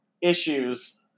issues